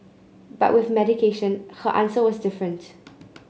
but with medication her answer was different